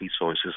resources